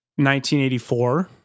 1984